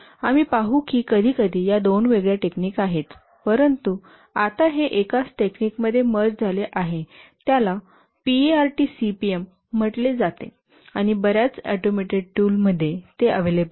आम्ही पाहू की कधीकधी या दोन वेगळ्या टेक्निक आहेत परंतु आता हे एकाच टेक्निकमध्ये मर्ज झाले आहे ज्याला पीईआरटी सीपीएम म्हटले जाते आणि बर्याच ऑटोमेटेड टूल मध्ये ते अव्हेलेबल आहेत